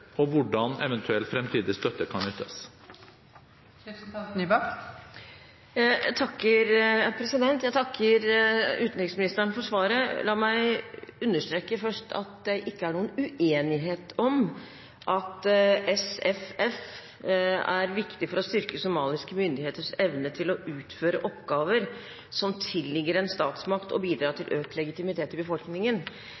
og hvordan eventuell fremtidig støtte kan ytes. Jeg takker utenriksministeren for svaret. La meg først understreke at det ikke er noen uenighet om at SFF er viktig for å styrke somaliske myndigheters evne til å utføre oppgaver som tilligger en statsmakt,